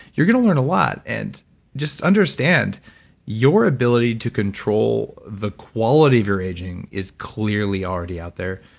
you're going to learn a lot and just understand your ability to control the quality of your aging is clearly already out there.